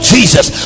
Jesus